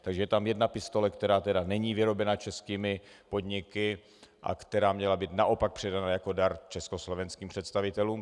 Takže je tam jedna pistole, která není vyrobena českými podniky a která měla být naopak předána jako dar československým představitelům.